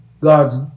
God's